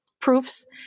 proofs